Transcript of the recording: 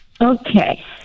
Okay